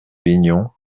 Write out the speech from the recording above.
lignon